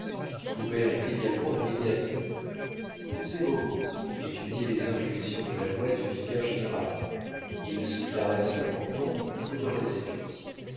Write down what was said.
est également un médiateur pesez vos mots étudiez les inflexions de la voix du vicaire-général s'il se caresse le menton vous l'aurez séduit